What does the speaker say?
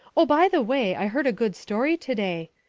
oh, by the way, i heard a good story to-day,